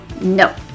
No